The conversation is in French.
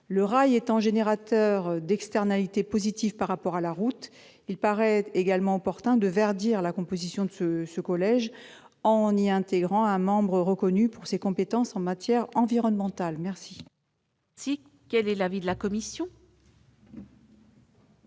Le rail étant générateur d'externalités positives par rapport à la route, il paraît également opportun de « verdir » la composition de son collège en y intégrant un membre reconnu pour ses compétences en matière environnementale. Quel est l'avis de la commission ?